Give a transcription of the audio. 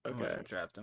okay